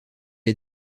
est